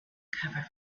covered